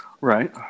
right